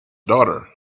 daughter